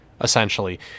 essentially